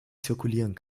zirkulieren